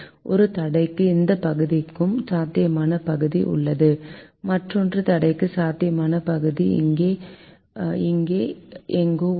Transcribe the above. ஒரு தடைக்கு இந்த பகுதிக்கு சாத்தியமான பகுதி உள்ளது மற்றொன்று தடைக்கு சாத்தியமான பகுதி இங்கே எங்கோ உள்ளது